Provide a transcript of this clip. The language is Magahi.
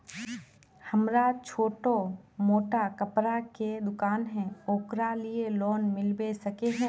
हमरा छोटो मोटा कपड़ा के दुकान है ओकरा लिए लोन मिलबे सके है?